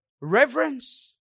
Reverence